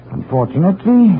Unfortunately